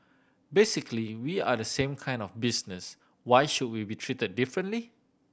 basically we are the same kind of business why should we be treated differently